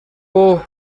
اوه